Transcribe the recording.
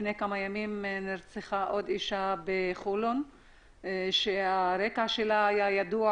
לפני כמה ימים נרצחה עוד אישה בחולון שהרקע שלה היה ידוע,